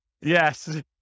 yes